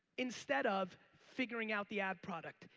instead of figuring out the ad product,